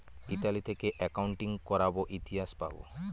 Italy থেকে accounting করাবো ইতিহাস পাবো